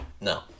No